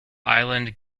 island